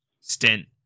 stint